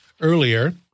earlier